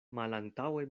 malantaŭe